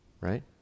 right